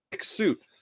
suit